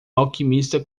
alquimista